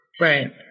Right